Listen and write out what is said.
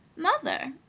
mother!